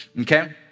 Okay